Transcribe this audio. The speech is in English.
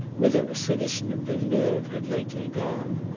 whither a citizen of villeneuve had lately gone.